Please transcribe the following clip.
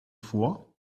vor